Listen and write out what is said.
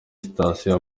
station